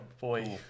boy